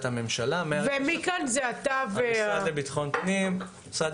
הממשלה ומשם זה המשרד לביטחון הפנים ומשרד